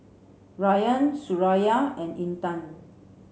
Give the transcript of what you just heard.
Ryan Suraya and Intan